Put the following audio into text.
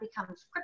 becomes